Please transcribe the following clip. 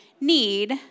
need